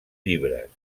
llibres